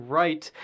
right